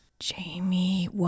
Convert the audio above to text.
Jamie